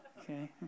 Okay